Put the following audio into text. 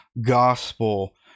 gospel